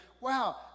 Wow